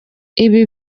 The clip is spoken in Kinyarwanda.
ibi